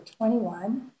21